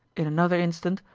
in another instant,